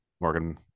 Morgan